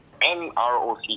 NROC